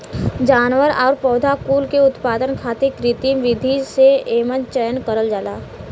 जानवर आउर पौधा कुल के उत्पादन खातिर कृत्रिम विधि से एमन चयन करल जाला